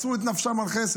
מסרו את נפשם על חסד.